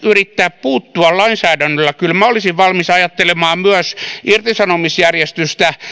yrittää puuttua lainsäädännöllä kyllä minä olisin valmis ajattelemaan myös irtisanomisjärjestystä